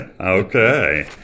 Okay